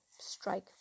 strike